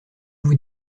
vous